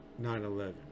9-11